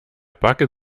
backe